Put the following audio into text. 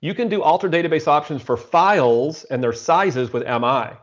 you can do alter database options for files and their sizes with um mi.